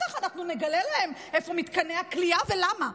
בטח אנחנו נגלה להם איפה מתקני הכליאה ולמה.